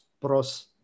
pros